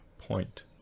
point